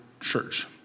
church